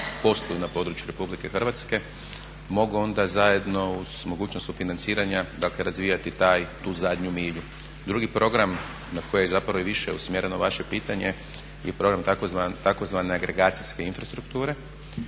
na području Republike Hrvatske mogu onda zajedno uz mogućnost sufinanciranja dakle razvijati tu zadnju milju. Drugi program na koji je zapravo i više usmjereno vaše pitanje je program tzv. agregacijske infrastrukture